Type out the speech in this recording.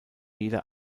jeder